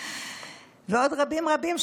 ועוד רבים-רבים,